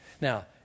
Now